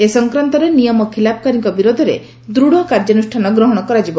ଏ ସଂକ୍ରାନ୍ତରେ ନିୟମ ଖିଲାପକାରୀଙ୍କ ବିରୋଧରେ ଦୃଢ଼ କାର୍ଯ୍ୟାନୁଷ୍ଠାନ ଗ୍ରହଣ କରାଯିବ